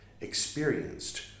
experienced